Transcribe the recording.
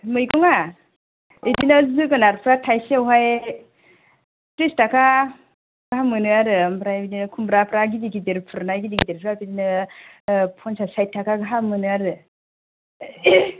मैगंआ बिदिनो जोगोनारफ्रा थाइसेयाव हाय थ्रिस थाखा गाहाम मोनो आरो आमफ्राय बिदिनो खुमब्राफ्रा गिदिर गिदिर फुरनाय गिदिर गिदिर फुरनाय बिदिनो फनसास साइथ थाखा गाहाम मोनो आरो